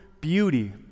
beauty